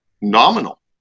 nominal